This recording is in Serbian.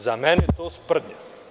Za mene je to sprdnja.